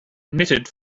knitted